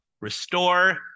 restore